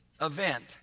event